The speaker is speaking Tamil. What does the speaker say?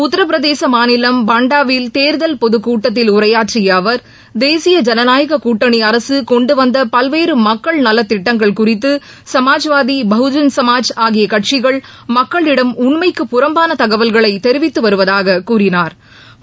உத்திரபிரதேசமாநிலம் பன்டாவில் தேர்தல் பொதுக்கூட்டத்தில் உரையாற்றியஅவர் தேசிய ஜனநாயாககூட்டணிஅரசுகொண்டுவந்தபல்வேறுமக்கள் நலத்திட்டங்கள் குறித்துசமாஜ்வாதி பகுஜன் சமாஜ் ஆகியகட்சிகள் மக்களிடம் உண்மைக்கு புறம்பானதகவல்களைதெரிவித்துவருவதாககூறினாா்